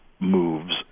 Moves